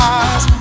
eyes